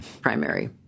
primary